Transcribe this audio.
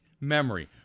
memory